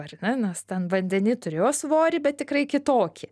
ar ne nes ten vandeny turėjo svorį bet tikrai kitokį